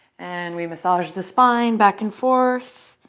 and we massage the spine back and forth.